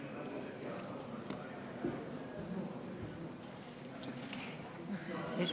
יש